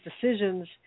decisions